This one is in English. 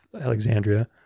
Alexandria